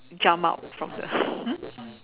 jump out from the hmm